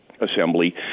assembly